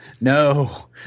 No